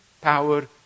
power